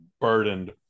burdened